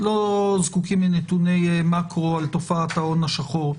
לא זקוקים לנתוני מאקרו על תופעת ההון השחור.